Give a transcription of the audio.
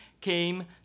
came